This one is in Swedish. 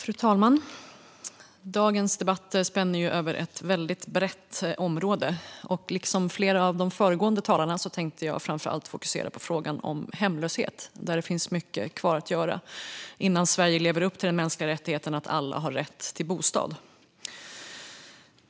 Fru talman! Dagens debatt spänner över ett väldigt brett område. Liksom flera föregående talare tänkte jag framför allt fokusera på frågan om hemlöshet. Där finns det mycket kvar att göra innan Sverige lever upp till den mänskliga rättigheten att alla har rätt till bostad.